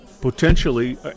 potentially